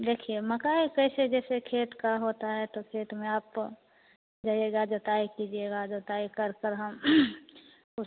देखिए मकई कैसे जैसे खेत का होता है तो खेत में आप जाइएगा जोताई कीजिएगा जोताई कर कर हम उस